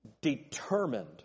determined